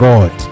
God